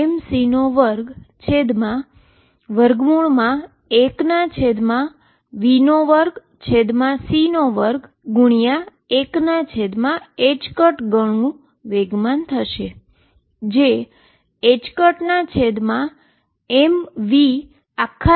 તો રીલેટીવીસ્ટીક ગણતરીમાં vwaves બરાબર એનર્જી થશે